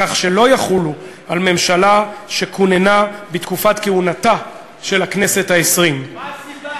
כך שלא יחולו על ממשלה שכוננה בתקופת כהונתה של הכנסת העשרים.